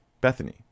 Bethany